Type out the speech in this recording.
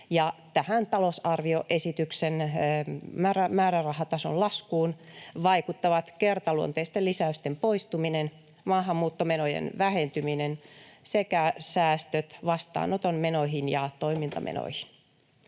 tähän talousarvioesityksen määrärahatason laskuun vaikuttavat kertaluonteisten lisäysten poistuminen, maahanmuuttomenojen vähentyminen sekä säästöt vastaanoton menoihin ja toimintamenoihin.